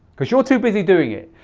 cause you're too busy doing it.